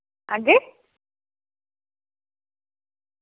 हां जी